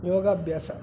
ಯೋಗಾಭ್ಯಾಸ